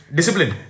Discipline